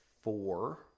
four